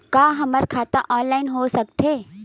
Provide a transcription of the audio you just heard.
का हमर खाता ऑनलाइन हो सकथे?